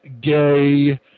gay